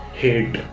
hate